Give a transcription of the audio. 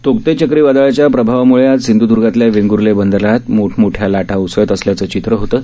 Tauktae चक्रीवादळाचा प्रभावाम्ळे आज सिंध्दर्गातल्या वेंगूर्ले बंदरात मोठमोठ्या लाटा उसळत असल्याचं चित्र होतं